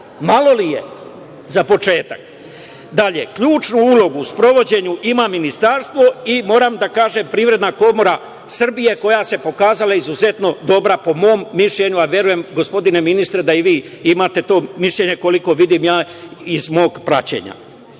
Malo li je, za početak? Dalje, ključnu ulogu u sprovođenju ima Ministarstvo i, moram da kažem, Privredna komora Srbije koja se pokazala izuzetno dobra, po mom mišljenju, a verujem, gospodine ministre, da i vi imate to mišljenje koliko vidim ja iz mog praćenja.E